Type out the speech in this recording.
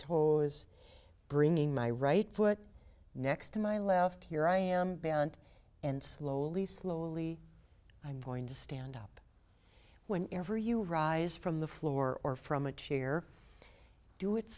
is bringing my right foot next to my left here i am bent and slowly slowly i'm going to stand up when ever you rise from the floor or from a chair do it